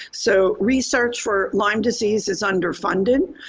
so research for lyme disease is underfunded.